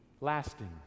lasting